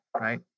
right